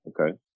Okay